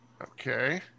Okay